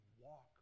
walk